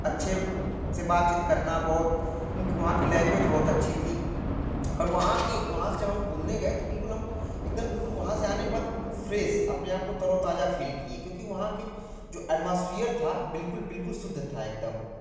अच्छे से बातचीत करना बहुत वहाँ की लैंग्वेज बहुत अच्छी थी और वहाँ के वहाँ से जब हम घूमने गए तो बिल्कुल हम एकदम बिल्कुल वहाँ से आने के बाद बिल्कुल फ़्रेस अपने आपको तरोताजा फ़ील किए क्योंकि वहाँ के जो एटमॉस्फ़ियर था बिल्कुल बिल्कुल शुद्ध था एकदम